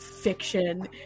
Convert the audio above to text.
fiction